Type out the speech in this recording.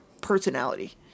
personality